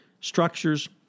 structures